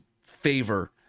favor